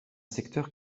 secteur